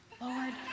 Lord